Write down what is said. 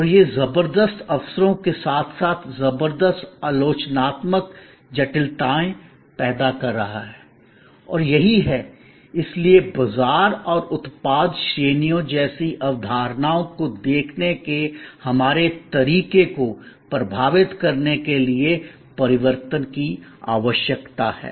और यह जबरदस्त अवसरों के साथ साथ जबरदस्त आलोचनात्मक जटिलताएं पैदा कर रहा है और यही है इसलिए बाजार और उत्पाद श्रेणियों जैसी अवधारणाओं को देखने के हमारे तरीके को प्रभावित करने के लिए परिवर्तन की आवश्यकता है